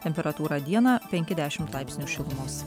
temperatūra dieną penki dešimt laipsnių šilumos